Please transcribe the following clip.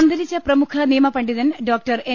അന്തരിച്ച പ്രമുഖ നിയമപണ്ഡിതൻ ഡോക്ടർ എൻ